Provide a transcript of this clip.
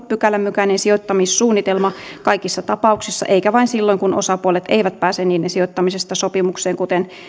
pykälän mukainen sijoittamissuunnitelma kaikissa tapauksissa eikä vain silloin kun osapuolet eivät pääse niiden sijoittamisesta sopimukseen kuten